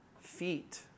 feet